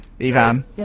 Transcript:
Ivan